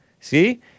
See